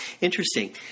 Interesting